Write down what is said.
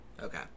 Okay